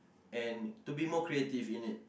and to be more creative in it